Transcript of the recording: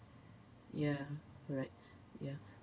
ya right ya